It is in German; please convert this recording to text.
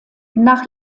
nach